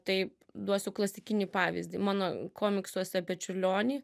taip duosiu klasikinį pavyzdį mano komiksuose apie čiurlionį